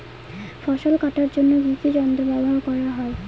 ফসল কাটার জন্য কি কি যন্ত্র ব্যাবহার করা হয়?